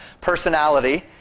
personality